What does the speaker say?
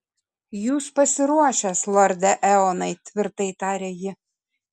jūs pasiruošęs lorde eonai tvirtai tarė ji